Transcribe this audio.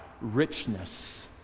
richness